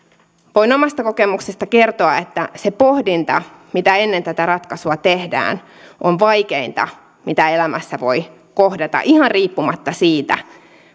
voin omasta kokemuksesta kertoa että se pohdinta mitä ennen tätä ratkaisua tehdään on vaikeinta mitä elämässä voi kohdata ihan riippumatta siitä